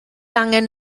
angen